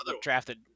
drafted